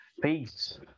peace